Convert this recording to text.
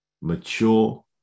mature